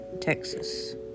Texas